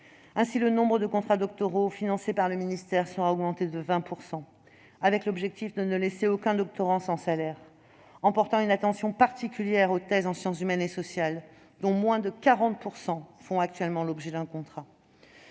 Ainsi, le nombre de contrats doctoraux financés par le ministère sera augmenté de 20 %, avec l'objectif de ne laisser aucun doctorant sans salaire, et en portant une attention particulière aux thèses en sciences humaines et sociales, dont moins de 40 % font actuellement l'objet d'un contrat.